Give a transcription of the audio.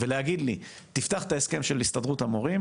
להגיד לי 'תפתח את ההסכם עם הסתדרות המורים',